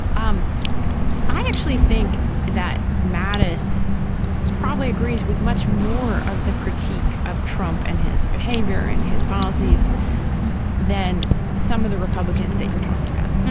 um i actually think that mattis probably agrees with much more of the critique of trump and his behavior and his policies than some of the republicans that you're talking about.